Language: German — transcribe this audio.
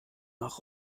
nach